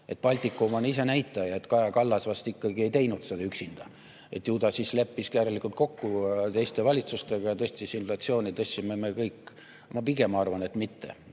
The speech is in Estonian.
Baltikum on ise näitaja. Kaja Kallas vast ei teinud seda üksinda, ju ta siis leppis järelikult kokku teiste valitsustega ja tõstis inflatsiooni, tõstsime me kõik. Ma pigem arvan, et mitte,